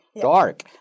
dark